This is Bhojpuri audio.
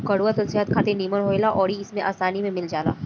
कड़ुआ तेल सेहत खातिर भी निमन रहेला अउरी इ सबसे आसानी में मिल जाला